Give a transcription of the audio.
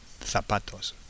zapatos